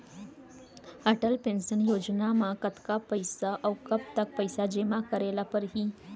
Atal pension योजना म कतका पइसा, अऊ कब तक पइसा जेमा करे ल परही?